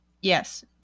yes